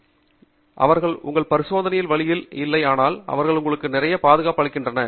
எனவே அவர்கள் உங்கள் பரிசோதனையின் வழியில் இல்லை ஆனால் அவர்கள் உங்களுக்கு நிறைய பாதுகாப்பு அளிக்கிறார்கள்